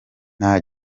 nta